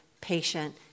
patient